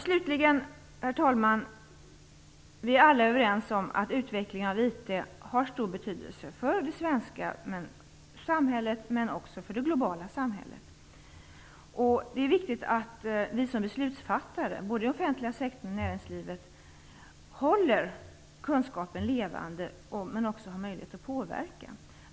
Slutligen är vi alla överens om att utvecklingen av IT har stor betydelse för det svenska samhället men också för det globala samhället. Det är viktigt att vi som beslutsfattare både i offentliga sektorn och i näringslivet håller kunskapen levande men också har möjlighet att påverka.